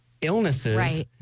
illnesses